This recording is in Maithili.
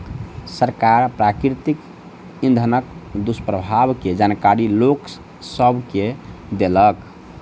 सरकार प्राकृतिक इंधनक दुष्प्रभाव के जानकारी लोक सभ के देलक